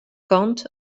kant